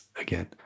again